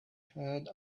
had